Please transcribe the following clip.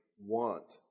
want